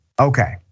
Okay